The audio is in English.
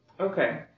Okay